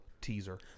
teaser